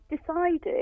decided